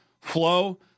flow